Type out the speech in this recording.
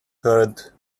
heard